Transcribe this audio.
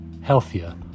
healthier